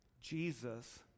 Jesus